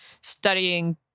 studying